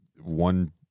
one-